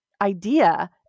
idea